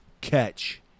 Catch